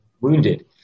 wounded